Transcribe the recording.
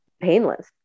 painless